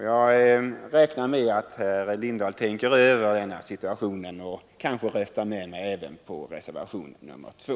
Jag räknar med att herr Lindahl tänker över situationen och kanske röstar med mig även när det gäller reservationen 2.